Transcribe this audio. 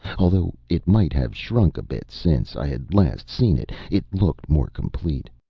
although it might have shrunk a bit since i had last seen it, it looked more complete.